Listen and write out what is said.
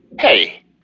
Hey